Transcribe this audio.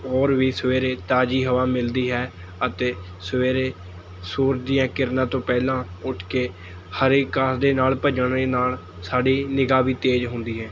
ਹੋਰ ਵੀ ਸਵੇਰੇ ਤਾਜ਼ੀ ਹਵਾ ਮਿਲਦੀ ਹੈ ਅਤੇ ਸਵੇਰੇ ਸੂਰਜ ਦੀਆਂ ਕਿਰਨਾਂ ਤੋਂ ਪਹਿਲਾਂ ਉੱਠ ਕੇ ਹਰੀ ਘਾਸ ਦੇ ਨਾਲ਼ ਭੱਜਣ ਦੇ ਨਾਲ਼ ਸਾਡੀ ਨਿਗਾਹ ਵੀ ਤੇਜ਼ ਹੁੰਦੀ ਹੈ